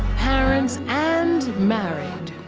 parents, and married.